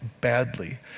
badly